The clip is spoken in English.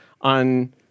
on